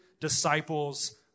disciples